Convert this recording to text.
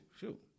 shoot